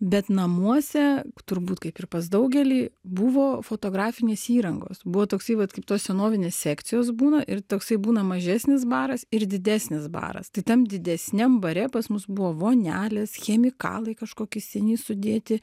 bet namuose turbūt kaip ir pas daugelį buvo fotografinės įrangos buvo toksai vat kaip tos senovinės sekcijos būna ir toksai būna mažesnis baras ir didesnis baras tai tam didesniam bare pas mus buvo vonelės chemikalai kažkoki seni sudėti